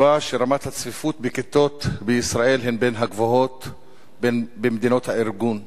נקבע שרמת הצפיפות בכיתות בישראל היא בין הגבוהות במדינות הארגון.